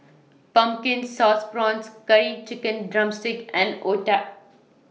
Pumpkin Sauce Prawns Curry Chicken Drumstick and Otah